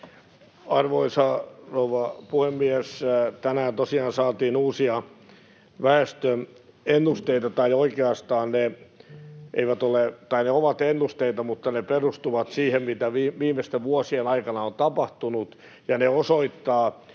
Arvoisa rouva puhemies! Tänään tosiaan saatiin uusia väestöennusteita, mutta oikeastaan ne perustuvat siihen, mitä viimeisten vuosien aikana on tapahtunut, ja ne osoittavat